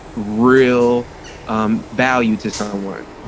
real um value to someone?